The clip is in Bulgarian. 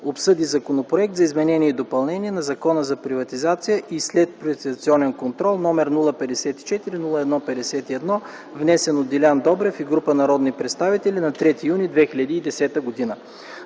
обсъди Законопроект за изменение и допълнение на Закона за приватизация и следприватизационен контрол, № 054 01 51, внесен от Делян Добрев и група народни представители на 3 юни 2010 г.